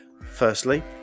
Firstly